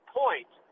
point